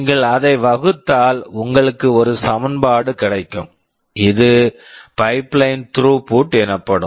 நீங்கள் அதை வகுத்தால் உங்களுக்கு ஒரு சமன்பாடு கிடைக்கும் இது பைப்லைன் த்ரூபுட் throughput எனப்படும்